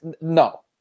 no